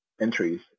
entries